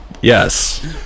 Yes